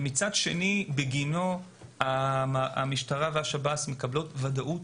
מצד שני, בגינו המשטרה והשב"ס מקבלות ודאות,